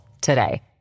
today